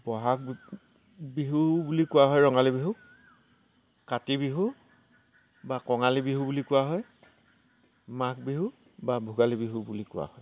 বহাগ বিহু বুলি কোৱা হয় ৰঙালী বিহুক কাতি বিহু বা কঙালী বিহু বুলি কোৱা হয় মাঘ বিহু বা ভোগালী বিহু বুলি কোৱা হয়